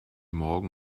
morgen